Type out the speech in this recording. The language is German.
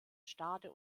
stade